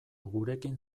gurekin